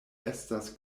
estas